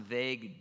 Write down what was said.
vague